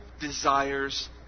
desires